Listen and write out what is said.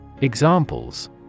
Examples